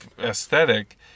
aesthetic